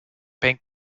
bank